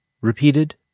repeated